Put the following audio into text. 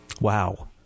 Wow